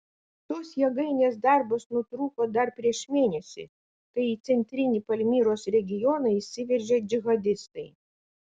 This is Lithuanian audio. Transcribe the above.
tos jėgainės darbas nutrūko dar prieš mėnesį kai į centrinį palmyros regioną įsiveržė džihadistai